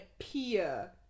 appear